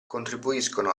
contribuiscono